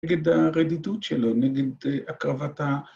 נגד הרדידות שלו, נגד הקרבת ה..